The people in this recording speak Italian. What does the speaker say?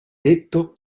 detto